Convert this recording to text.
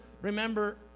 remember